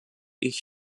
ich